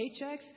paychecks